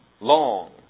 long